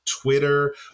Twitter